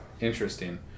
Interesting